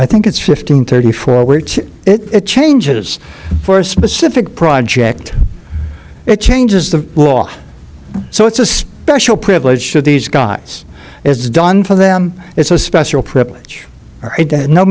i think it's fifteen thirty four which it changes for a specific project it changes the law so it's a special privilege should these guys it's done for them it's a special privilege